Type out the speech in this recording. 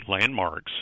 landmarks